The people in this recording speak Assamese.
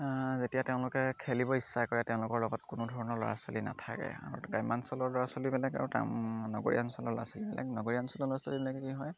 যেতিয়া তেওঁলোকে খেলিব ইচ্ছা কৰে তেওঁলোকৰ লগত কোনো ধৰণৰ ল'ৰা ছোৱালী নাথাকে আৰু গ্ৰাম্যাঞ্চলৰ ল'ৰা ছোৱালীবিলাক আৰু গাম নগৰীয়া অঞ্চলৰ ল'ৰা ছোৱালীবিলাক নগৰীয়া অঞ্চলৰ ল'ৰা ছোৱালীবিলাকে কি হয়